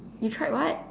you tried what